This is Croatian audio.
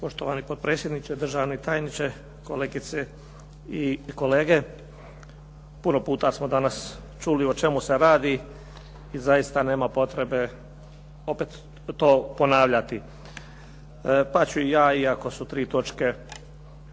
Poštovani potpredsjedniče, državni tajniče, kolegice i kolege. Puno puta smo danas čuli o čemu se radi i zaista nema potrebe opet to ponavljati. Pa ću i ja, iako su tri točke